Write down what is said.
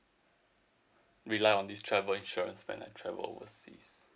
rely on this travel insurance when I travel overseas